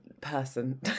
person